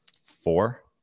four